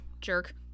Jerk